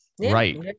Right